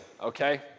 okay